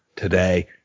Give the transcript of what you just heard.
Today